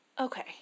Okay